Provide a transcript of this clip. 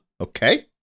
Okay